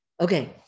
Okay